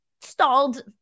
stalled